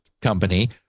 company